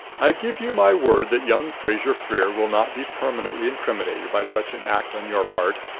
i give you my word that young fraser-freer will not be permanently incriminated by such an act on your part.